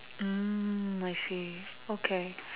mm I see okay